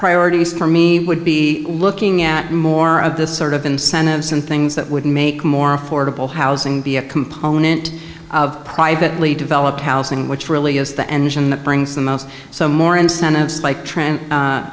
priorities for me would be looking at more of this sort of incentives and things that would make more affordable housing be a component of privately developed housing which really is the engine that brings the most so more incentives like tren